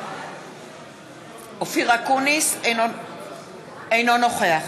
אינו נוכח